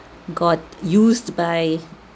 got used by